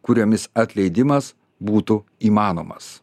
kuriomis atleidimas būtų įmanomas